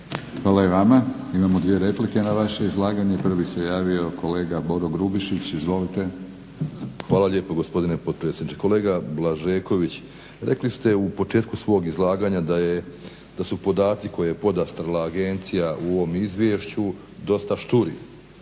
Hvala i vama. Imamo dvije replike na vaše izlaganje. Prvi se javio kolega Boro Grubišić, izvolite. **Grubišić, Boro (HDSSB)** Hvala lijepo gospodine potpredsjedniče. Kolega Blažeković, rekli ste u početku svog izlaganja da su podaci koje je podastrla agencija u ovom izvješću dosta šturi.